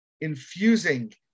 infusing